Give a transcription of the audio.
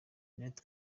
jeanette